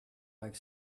like